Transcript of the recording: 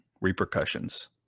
repercussions